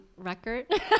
record